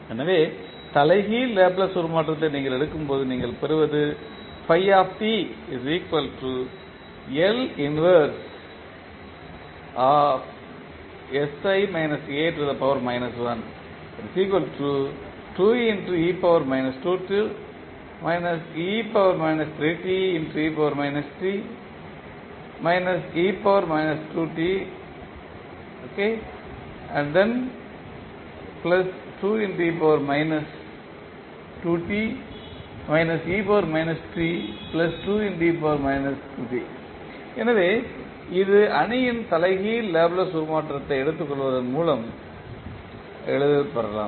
எனவே தலைகீழ் லாப்லேஸ் உருமாற்றத்தை நீங்கள் எடுக்கும்போது நீங்கள் பெறுவது எனவே இது அணியின் தலைகீழ் லேப்ளேஸ் உருமாற்றத்தை எடுத்துக்கொள்வதன் மூலம் நீங்கள் எளிதில் பெறலாம்